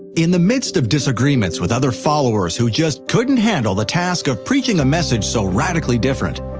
in the midst of disagreements with other followers who just couldn't handle the task of preaching a message so radically different,